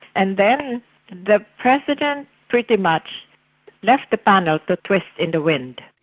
and then the president pretty much left the panel to twist in the wind.